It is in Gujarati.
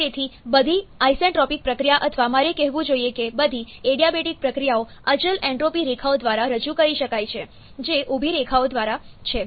અને તેથી બધી આઇસેન્ટ્રોપિક પ્રક્રિયા અથવા મારે કહેવું જોઈએ કે બધી એડીયાબેટિક પ્રક્રિયાઓ અચલ એન્ટ્રોપી રેખાઓ દ્વારા રજૂ કરી શકાય છે જે ઊભી રેખાઓ દ્વારા છે